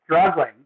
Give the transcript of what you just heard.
struggling